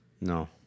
No